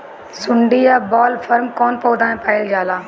सुंडी या बॉलवर्म कौन पौधा में पाइल जाला?